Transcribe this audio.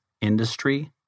industry